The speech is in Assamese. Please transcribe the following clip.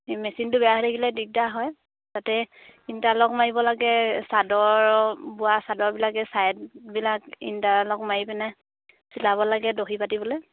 এই মেচিনটো বেয়া হৈ থাকিলে দিগদাৰ হয় তাতে ইণ্টাৰ লক মাৰিব লাগে চাদৰৰ বোৱা চাদৰবিলাক যে ছাইডবিলাক ইণ্টাৰ লক মাৰি পিনে চিলাব লাগে দহি বাতিবলৈ